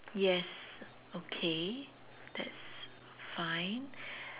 yes okay that's fine